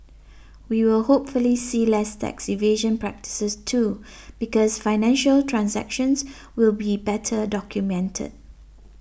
we will hopefully see less tax evasion practices too because financial transactions will be better documented